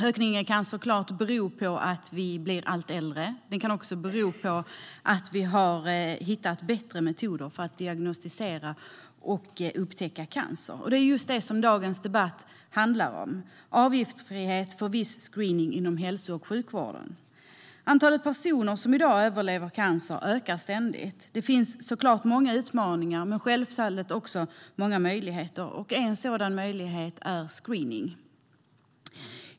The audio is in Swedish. Ökningen kan såklart bero på att vi blir allt äldre. Den kan också bero på att vi har hittat bättre metoder för att diagnostisera och upptäcka cancer. Och det som dagens debatt handlar om är just avgiftsfrihet för viss screening inom hälso och sjukvården. Antalet personer som i dag överlever cancer ökar ständigt. Det finns såklart många utmaningar men självfallet också många möjligheter, och en möjlighet är screening.